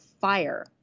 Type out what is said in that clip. fire